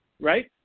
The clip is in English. right